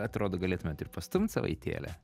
atrodo galėtumėt ir pastumt savaitėlę